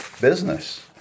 business